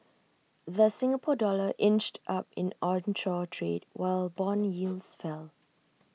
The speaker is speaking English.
the Singapore dollar inched up in onshore trade while Bond yields fell